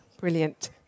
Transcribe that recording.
brilliant